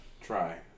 try